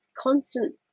constant